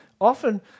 Often